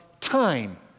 time